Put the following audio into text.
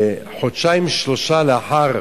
וחודשיים-שלושה לאחר